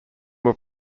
were